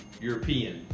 European